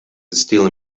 still